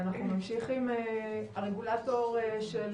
נמשיך עם הרגולטור של